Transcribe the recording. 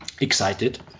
excited